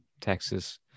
texas